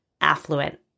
affluent